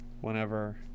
whenever